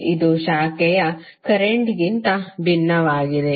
ಮತ್ತು ಇದು ಶಾಖೆಯ ಕರೆಂಟ್ಕ್ಕಿಂತ ಭಿನ್ನವಾಗಿದೆ